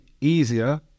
easier